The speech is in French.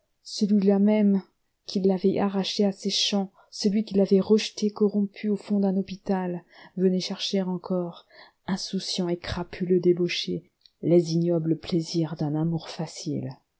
celui-là même qui l'avait arrachée à ses champs celui qui l'avait rejetée corrompue au fond d'un hôpital venait chercher encore insouciant et crapuleux débauché les ignobles plaisirs d'un amour facile